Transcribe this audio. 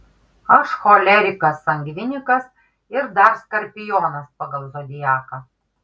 aš cholerikas sangvinikas ir dar skorpionas pagal zodiaką